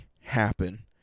happen